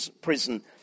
prison